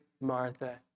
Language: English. Martha